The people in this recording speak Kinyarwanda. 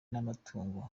n’amatungo